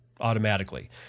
automatically